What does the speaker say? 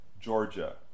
Georgia